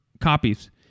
copies